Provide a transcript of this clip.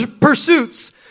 pursuits